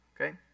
Okay